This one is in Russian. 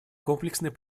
комплексной